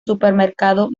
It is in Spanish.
supermercado